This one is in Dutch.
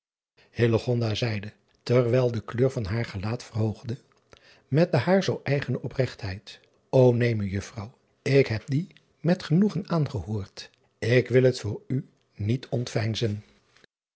zeide terwijl de kleur van haar gelaat verhoogde met de haar zoo eigene opregtheid o een ejuffrouw ik heb die met genoegen aangehoord ik wil het voor u niet ontveinzen